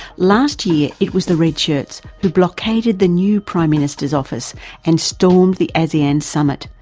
last year it was the red shirts who blockaded the new prime minister's office and stormed the asean summit,